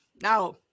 now